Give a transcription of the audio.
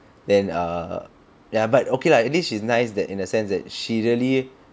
then err ya but okay lah at least she's nice that in a sense that she really